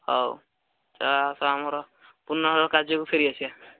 ହଉ ଆସ ଆମର ପୁନଃ କାର୍ଯ୍ୟକୁ ଫେରି ଆସିବା